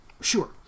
Sure